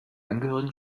angehörigen